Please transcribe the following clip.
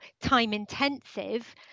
time-intensive